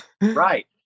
Right